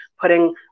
putting